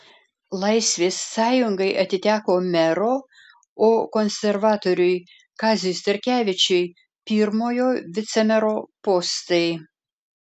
laisvės sąjungai atiteko mero o konservatoriui kaziui starkevičiui pirmojo vicemero postai